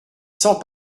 cents